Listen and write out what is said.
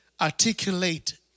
Articulate